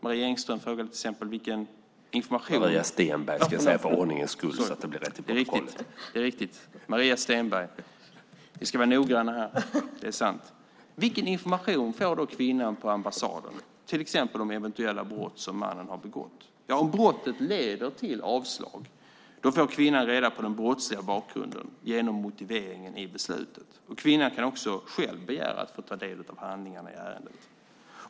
Maria Stenberg frågar om vilken information kvinnan får på ambassaden, till exempel om eventuella brott som mannen har begått. Om brottet leder till avslag får kvinnan reda på den brottsliga bakgrunden genom motiveringen i beslutet. Kvinnan kan också själv begära att få ta del av handlingarna i ärendet.